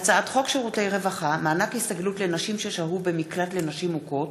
הצעת חוק שירותי רווחה (מענק הסתגלות לנשים ששהו במקלט לנשים מוכות)